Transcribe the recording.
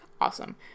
awesome